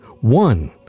one